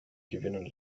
gewinnen